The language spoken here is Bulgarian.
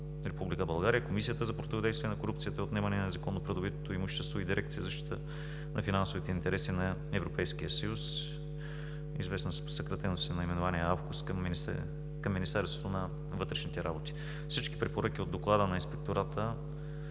Комисията за противодействие на корупцията и отнемане на незаконно придобитото имущество и Дирекция „Защита на финансовите интереси на Европейския съюз“, известна със съкратеното си наименование АФКОС, към Министерството на вътрешните работи. Всички препоръки от Доклада на Инспектората